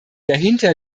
dahinter